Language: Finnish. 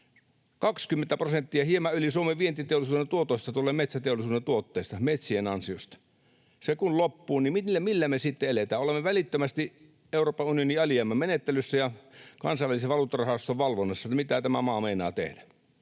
20 prosenttia, hieman yli, Suomen vientiteollisuuden tuotoista tulee metsäteollisuuden tuotteista, metsien ansiosta. Se kun loppuu, niin millä me sitten eletään? Olemme välittömästi Euroopan unionin alijäämämenettelyssä ja Kansainvälisen valuuttarahaston valvonnassa. Mitä tämä maa meinaa tehdä?